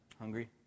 Hungry